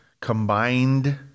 combined